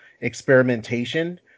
experimentation